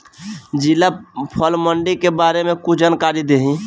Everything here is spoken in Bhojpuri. जिला फल मंडी के बारे में कुछ जानकारी देहीं?